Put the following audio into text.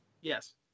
yes